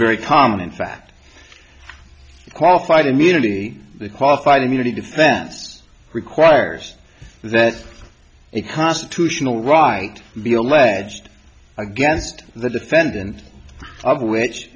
very common in fact qualified immunity the qualified immunity defense requires that a constitutional right be alleged against the defendant which